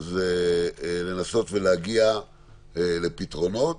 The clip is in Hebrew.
היא לנסות ולהגיע לפתרונות.